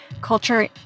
culture